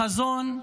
חזון,